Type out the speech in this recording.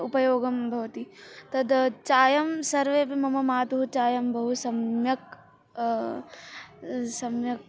उपयोगं भवति तद् चायं सर्वेपि मम मातुः चायं बहु सम्यक् सम्यक्